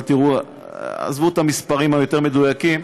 עזבו את המספרים היותר-מדויקים,